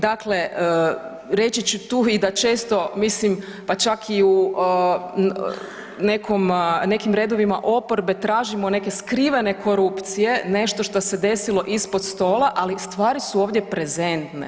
Dakle, reći ću tu i da često mislim pa čak i u nekom, nekim redovima oporbe tražimo neke skrivene korupcije, nešto što se desilo ispod stola, ali stvari su ovdje prezentne.